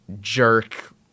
jerk